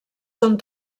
són